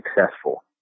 successful